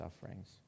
sufferings